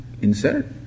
insert